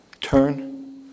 Turn